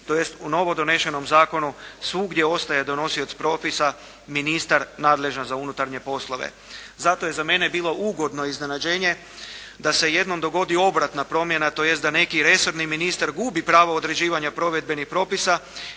tj. u novo donesenom zakonu svugdje ostaje donosioc propisa, ministar nadležan za unutarnje poslove. Zato je za mene bilo ugodno iznenađenje da se jednom dogodi obratna promjena, tj. da neki resorni ministar gubi pravo određivanja provedbenih propisa